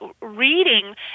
reading